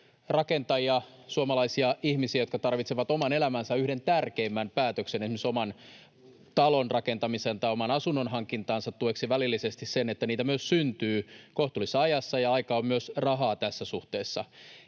rakentajia, suomalaisia ihmisiä, jotka tarvitsevat oman elämänsä yhden tärkeimmän päätöksen esimerkiksi oman talon rakentamisen tai oman asunnon hankinnan tueksi, välillisesti sen, että niitä myös syntyy kohtuullisessa ajassa. Ja aika on myös rahaa tässä suhteessa.